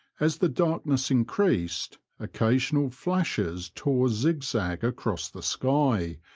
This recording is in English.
as the darkness increased, occasional flashes tore zig-zag across the sky,